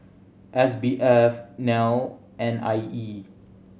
S B F NEL and I E